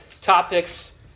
topics